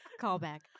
Callback